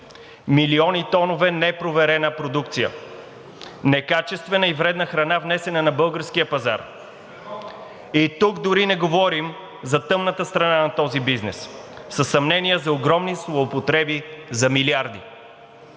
Милиони тонове непроверена продукция, некачествена и вредна храна, внесена на българския пазар. И тук дори не говорим за тъмната страна на този бизнес със съмнения за огромни злоупотреби за милиарди.